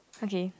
okay